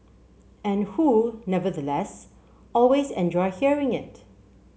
and who nevertheless always enjoy hearing it